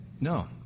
No